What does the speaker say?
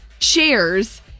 shares